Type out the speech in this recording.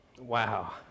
Wow